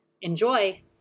Enjoy